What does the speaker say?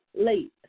late